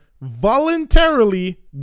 voluntarily